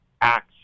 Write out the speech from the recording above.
acts